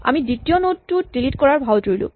আমি দ্বিতীয় নড টো ডিলিট কৰাৰ ভাওঁ জুৰিলো